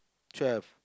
twelve